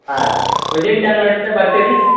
ಹಾಂ within ten ಮಿನಿಟ್ಸ್ನಾಗೆ ಬರ್ತೀರಾ